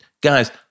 guys